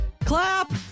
clap